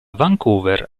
vancouver